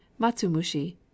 matsumushi